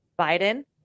Biden